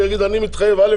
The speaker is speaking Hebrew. יגיד שהוא מתחייב ל-א',